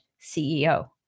CEO